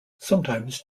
sometimes